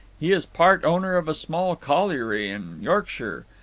he is part owner of a small colliery in yorkshire.